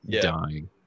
dying